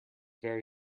very